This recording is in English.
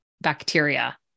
bacteria